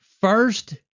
first